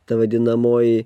ta vadinamoji